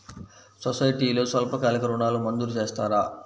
సొసైటీలో స్వల్పకాలిక ఋణాలు మంజూరు చేస్తారా?